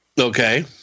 Okay